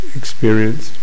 experience